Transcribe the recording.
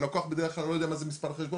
הלקוח בדרך כלל לא יודע מה זה מספר חשבון,